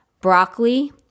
broccoli